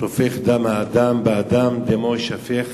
"שפך דם האדם באדם דמו ישפך